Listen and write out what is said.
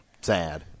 sad